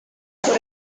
por